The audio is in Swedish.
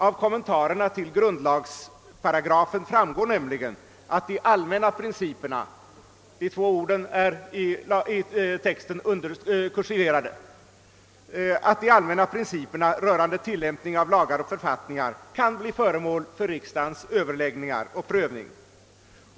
Av kommentarerna till grundlagsparagrafen framgår nämligen att de allmänna principerna — de två orden är kursiverade i texten — rörande tillämpning av lagar och författningar kan bli föremål för riksdagens överläggningar och prövning.